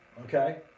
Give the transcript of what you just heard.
okay